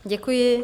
Děkuji.